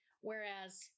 whereas